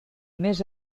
més